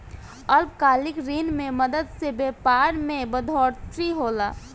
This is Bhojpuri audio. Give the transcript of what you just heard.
अल्पकालिक ऋण के मदद से व्यापार मे बढ़ोतरी होला